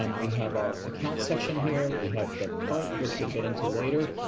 um we have our account section here, we have the cart, which we'll get into later.